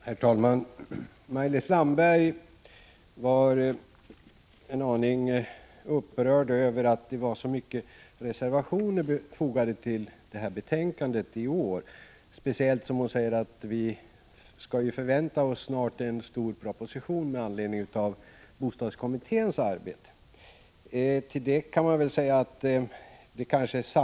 Herr talman! Maj-Lis Landberg var en aning upprörd över att det var så många reservationer fogade till betänkandet i år, speciellt eftersom — som hon säger — vi snart förväntar oss en stor proposition med anledning av bostadskommitténs betänkande.